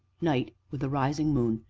night, with a rising moon,